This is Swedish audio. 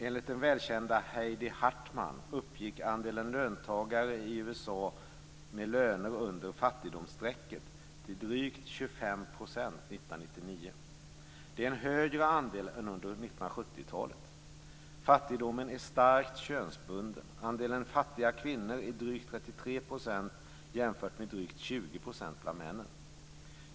Enligt den välkända 1999. Det är en högre andel än under 1970-talet. Fattigdomen är starkt könsbunden. Andelen fattiga kvinnor är drygt 33 % jämfört med drygt 20 % bland männen.